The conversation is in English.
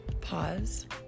Pause